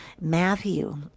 Matthew